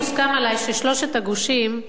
מוסכם עלי ששלושת הגושים,